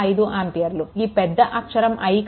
5 ఆంపియర్లు ఈ పెద్ద అక్షరం I కరెంట్ i1 - i2